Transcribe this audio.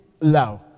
love